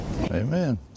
Amen